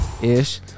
ish